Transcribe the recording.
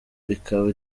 ikaba